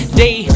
day